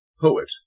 poet